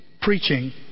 preaching